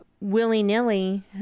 willy-nilly